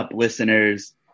Listeners